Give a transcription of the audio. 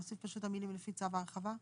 נוסיף את המילים שם "לפי צו ההרחבה"?